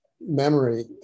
memory